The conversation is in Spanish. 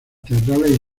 teatrales